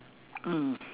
mm